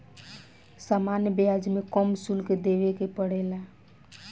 सामान्य ब्याज में कम शुल्क देबे के पड़ेला